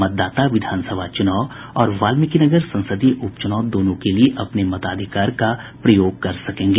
मतदाता विधानसभा चुनाव और वाल्मीकिनगर संसदीय उपचुनाव दोनों के लिए अपने मताधिकार का प्रयोग कर सकते हैं